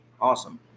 Awesome